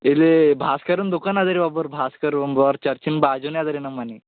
ಇಲ್ಲೀ ಭಾಸ್ಕರನ್ ದುಖಾನ್ ಅದರಿ ಒಬ್ಬರ ಭಾಸ್ಕರು ಅಂಬುವರ್ ಚರ್ಚಿನ ಬಾಜುನೇ ಅದ ರೀ ನಮ್ಮನೆ